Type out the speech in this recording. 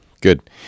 Good